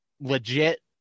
Legit